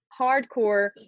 hardcore